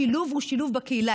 השילוב הוא שילוב בקהילה.